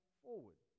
forward